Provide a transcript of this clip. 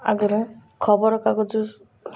ଆଗରେ ଖବରକାଗଜ